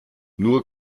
nur